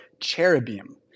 cherubim